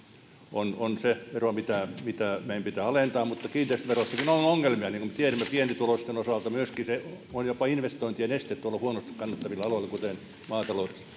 on on se vero mitä meidän pitää alentaa mutta kiinteistöverossakin on ongelmia niin kuin tiedämme pienituloisten osalta myöskin se on jopa investointien este huonosti kannattavilla aloilla kuten maataloudessa